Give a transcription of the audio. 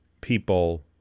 people